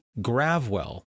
Gravwell